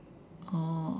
oh